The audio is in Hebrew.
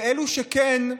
ואלו שכן,